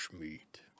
meat